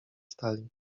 stali